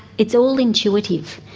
it's all intuitive,